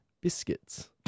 biscuits